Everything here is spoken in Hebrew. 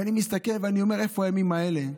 ואני מסתכל ואומר: איפה הימים האלה,